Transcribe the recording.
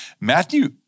Matthew